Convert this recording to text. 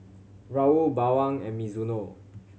Raoul Bawang and Mizuno